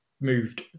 moved